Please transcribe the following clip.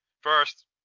first